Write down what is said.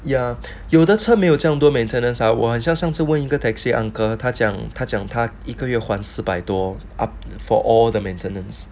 ya 有的车没有这样多 maintenance outworn 很像上次问一个 taxi uncle 他讲他讲他一个月换四百多 for all the maintenance